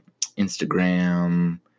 Instagram